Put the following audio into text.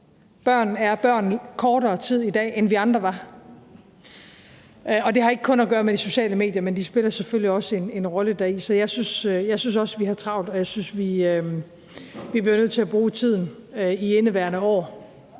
børn i kortere tid i dag, end vi andre var, og det har ikke kun at gøre med de sociale medier, men de spiller selvfølgelig også en rolle deri. Så jeg synes også, at vi har travlt, og jeg synes, at vi bliver nødt til at bruge tiden i indeværende